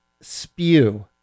spew